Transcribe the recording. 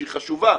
שהיא חשובה,